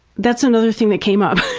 that's another thing that came up.